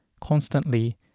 constantly